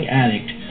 addict